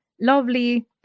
lovely